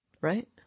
Right